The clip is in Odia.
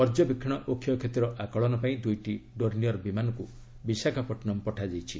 ପର୍ଯ୍ୟବେକ୍ଷଣ ଓ କ୍ଷୟକ୍ଷତିର ଆକଳନ ପାଇଁ ଦୁଇଟି ଡୋର୍ନିୟର୍ ବିମାନକୁ ବିଶାଖାପଟ୍ଟନମ୍ ପଠାଯାଇଛି